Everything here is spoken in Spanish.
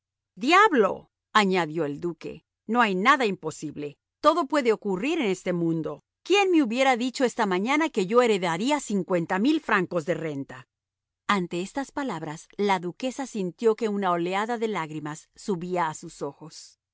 diablo añadió el duque no hay nada imposible todo puede ocurrir en este mundo quién me hubiera dicho esta mañana que yo heredaría cincuenta mil francos de renta ante estas palabras la duquesa sintió que una oleada de lágrimas subía a sus ojos